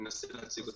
אנסה להציג אותה.